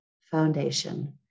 foundation